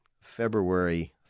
February